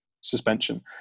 suspension